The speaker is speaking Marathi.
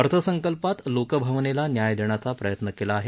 अर्थसंकल्पात लोकभावनेला न्याय देण्याचा प्रयत्न केला आहे